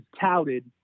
touted